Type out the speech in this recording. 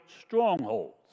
strongholds